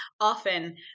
often